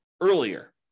earlier